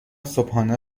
صبحانه